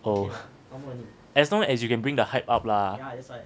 oh as long as you can bring the hype up lah